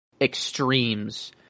extremes